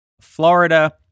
Florida